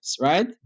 right